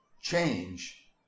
change